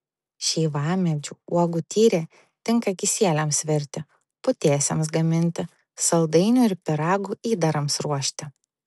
šeivamedžių uogų tyrė tinka kisieliams virti putėsiams gaminti saldainių ir pyragų įdarams ruošti